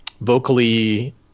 Vocally